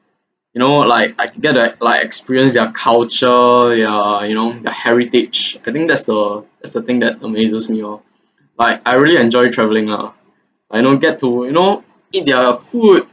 you know like I get the like experience their culture ya you know the heritage I think that's the that's the thing that amazes me oh like I really enjoy travelling ah I don't get to you know eat their food